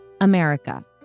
America